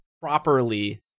properly